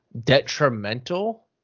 Detrimental